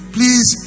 Please